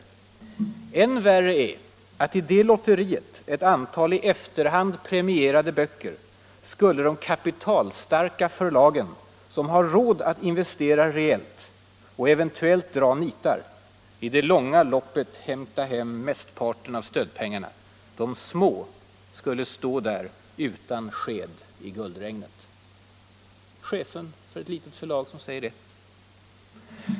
Än värre är att i det lotteriet — ett antal i efterhand premierade böcker — skulle de kapitalstarka förlagen, som har råd att investera rejält och eventuellt dra nitar, i det långa loppet hämta hem mestparten av stödpengarna — de små skulle stå där utan sked i guldregnet.” Det är alltså chefen för ett litet förlag som säger så.